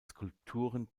skulpturen